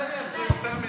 לבדוק הערב זה יותר מדי.